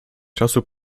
czasu